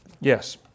Yes